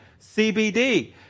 CBD